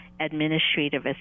administrative